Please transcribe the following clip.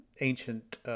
ancient